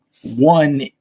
one